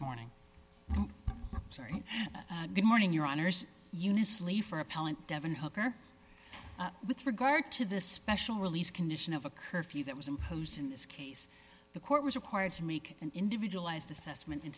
morning sorry good morning your honour's yunis lay for appellant devon hooker with regard to the special release condition of a curfew that was imposed in this case the court was required to make an individualized assessment